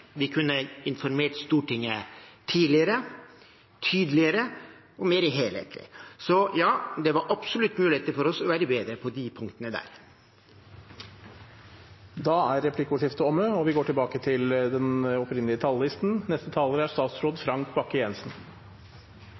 Vi kunne informert Stortinget tidligere, tydeligere og mer helhetlig. Så ja, det var absolutt muligheter for oss til å være bedre på de punktene. Da er replikkordskiftet omme. Først vil jeg åpne med å takke kontroll- og